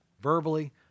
verbally